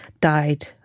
died